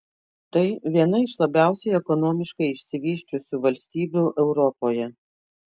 tai viena iš labiausiai ekonomiškai išsivysčiusių valstybių europoje